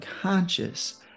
conscious